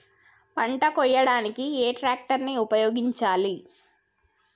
పంట కోయడానికి ఏ ట్రాక్టర్ ని ఉపయోగించాలి?